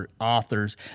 authors